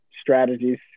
strategies